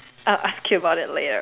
I'll ask you about it later